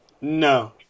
No